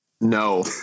No